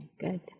Good